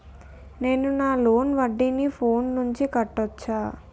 నేను నా లోన్ వడ్డీని ఫోన్ నుంచి కట్టవచ్చా?